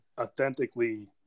authentically